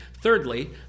Thirdly